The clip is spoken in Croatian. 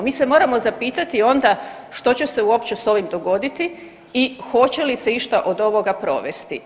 Mi se moramo zapitati onda što će se uopće sa ovim dogoditi i hoće li se išta od ovog provesti.